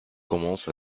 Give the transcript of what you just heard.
commence